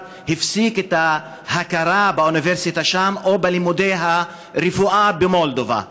הפסיק את ההכרה באוניברסיטה שם או בלימודי הרפואה במולדובה,